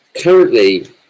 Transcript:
Currently